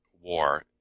war